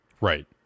Right